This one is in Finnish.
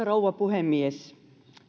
rouva puhemies